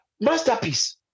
masterpiece